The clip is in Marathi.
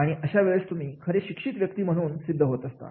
आणि अशा वेळेस तुम्ही खरे शिक्षित व्यक्ती म्हणून सिद्ध होत असता